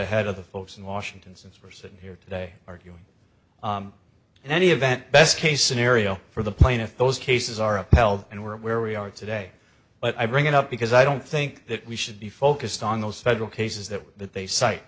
ahead of the folks in washington since we're sitting here today arguing in any event best case scenario for the plaintiff those cases are upheld and we're where we are today but i bring it up because i don't think that we should be focused on those federal cases that that they cite